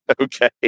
Okay